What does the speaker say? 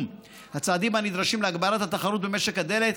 הצעדים הנדרשים להגברת התחרות במשק הדלק,